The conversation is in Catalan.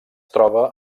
troba